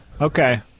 Okay